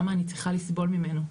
למה אני צריכה לסבול ממנו?